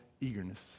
eagerness